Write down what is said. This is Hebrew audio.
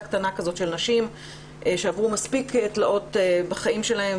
קטנה כזאת של נשים שעברו מספיק תלאות בחיים שלהן.